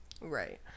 Right